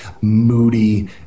moody